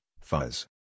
fuzz